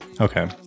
Okay